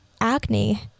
acne